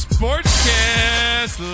Sportscast